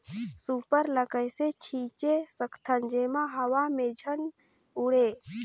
Super ल कइसे छीचे सकथन जेमा हवा मे झन उड़े?